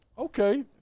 Okay